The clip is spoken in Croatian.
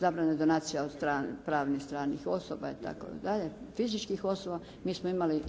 Zabrane donacija od pravnih stranih osoba i tako dalje, fizičkih osoba. Mi smo imali,